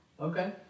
Okay